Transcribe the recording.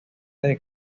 desde